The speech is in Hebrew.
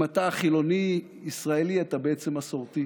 אם אתה חילוני ישראלי, אתה בעצם מסורתי.